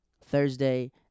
Thursday